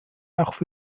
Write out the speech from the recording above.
auch